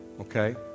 okay